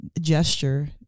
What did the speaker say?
gesture